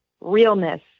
realness